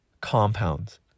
compounds